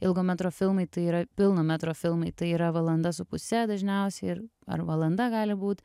ilgo metro filmai tai yra pilno metro filmai tai yra valanda su puse dažniausiai ir ar valanda gali būt